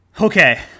okay